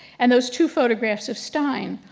and those two photographs of stein,